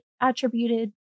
attributed